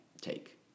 take